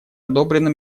одобрено